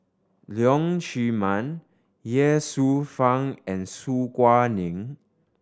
Leong Chee Mun Ye Shufang and Su Guaning